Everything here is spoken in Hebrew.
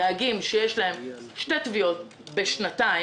נהגים שיש להם שתי תביעות בשנתיים